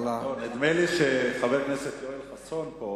נדמה לי שחבר הכנסת חסון פה,